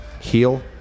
Heal